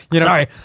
Sorry